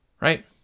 right